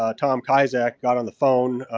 ah tom kaziak got on the phone,